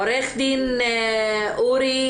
עו"ד אורי